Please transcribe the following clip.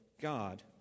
God